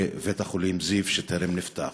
בבית-החולים זיו, שטרם נפתח.